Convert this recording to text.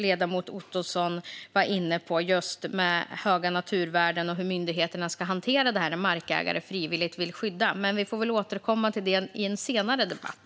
Ledamoten Ottosson var inne på frågan om myndigheternas hantering när markägare frivilligt vill skydda höga naturvärden. Vi får väl återkomma till det i en senare debatt.